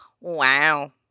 Wow